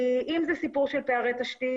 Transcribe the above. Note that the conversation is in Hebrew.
כי אם זה סיפור של פערי תשתית,